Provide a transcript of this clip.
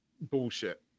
Bullshit